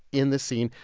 in this scene,